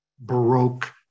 baroque